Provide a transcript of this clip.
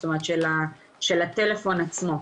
זאת אומרת של מס' הטלפון עצמו.